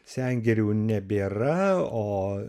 sengirių nebėra o